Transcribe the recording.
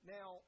Now